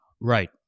Right